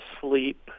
sleep